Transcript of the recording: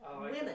women